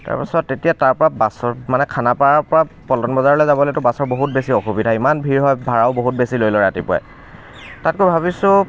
তাৰপাছত তেতিয়া তাৰপৰা বাছত মানে খানাপাৰাৰ পৰা পল্টন বজাৰলৈ যাবলৈতো বাছৰ বহুত বেছি অসুবিধা ইমান ভিৰ হয় ভাড়াও বহুত বেছি লৈ লয় ৰাতিপুৱাই তাতকৈ ভাবিছোঁ